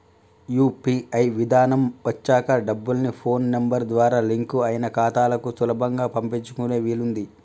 UPI విధానం వచ్చాక డబ్బుల్ని ఫోన్ నెంబర్ ద్వారా లింక్ అయిన ఖాతాలకు సులభంగా పంపించుకునే వీలుంది